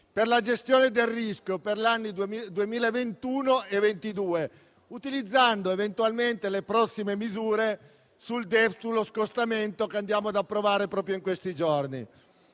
per la gestione del rischio per il biennio 2021-2022, utilizzando eventualmente le prossime misure sullo scostamento che andiamo ad approvare proprio in questi giorni.